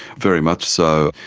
very much so.